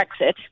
Brexit